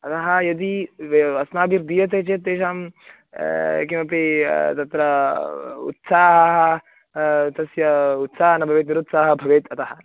अतः यदि व् अस्माभिः दीयते चेत् तेषां किमपि तत्र उत्साहः तस्य उत्साहः न भवेत् निरुत्साहः भवेत् अतः